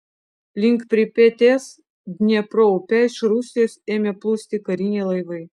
link pripetės dniepro upe iš rusijos ėmė plūsti kariniai laivai